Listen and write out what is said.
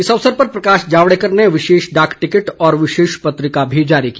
इस अवसर पर प्रकाश जावड़ेकर ने विशेष डाक टिकट और विशेष पत्रिका भी जारी की